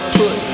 put